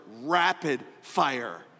rapid-fire